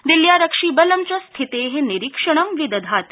दिल्ल्यारक्षिबलं च स्थिते निरीक्षणं विदधाति